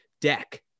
deck